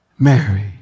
Mary